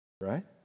Right